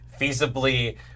feasibly